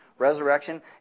Resurrection